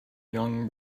young